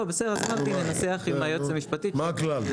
אז אמרתי ננסח את זה עם היועצת המשפטית שיהיה ברור,